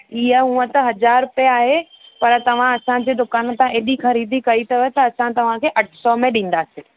इहा उअं त हज़ार रुपिए आहे पर तव्हां असांजे दुकान तां एॾी ख़रीदी कई अथव त असां तव्हांखे अठ सौ में ॾींदासीं